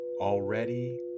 already